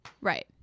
Right